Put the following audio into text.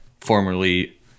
formerly